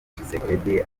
tshisekedi